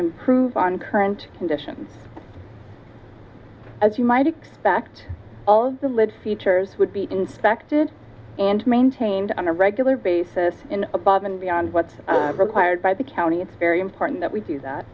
improve on current conditions as you might expect all of the live features would be inspected and maintained on a regular basis in above and beyond what's required by the county it's very important that we do that